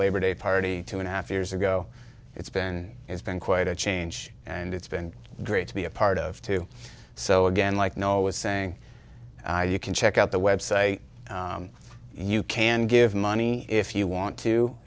labor day party two and a half years ago it's been it's been quite a change and it's been great to be a part of two so again like no i was saying you can check out the website you can give money if you want to